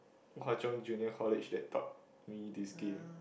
Hwa-Chong-Junior-College they got this game